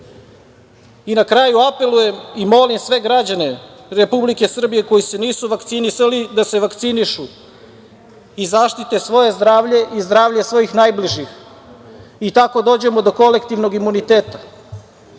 kraju, apelujem i molim sve građane Republike Srbije koji se nisu vakcinisali, da se vakcinišu i zaštite svoje zdravlje i zdravlje svojih najbližih i tako dođemo do kolektivnog imuniteta. Dolazim